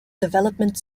development